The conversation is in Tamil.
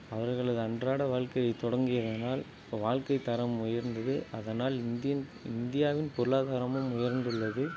அவர்களது அன்றாட வாழ்க்கையை தொடங்கியதனால் இப்போ வாழ்க்கைத்தரம் உயர்ந்தது அதனால் இந்தியன் இந்தியாவின் பொருளாதாரமும் உயர்ந்துள்ளது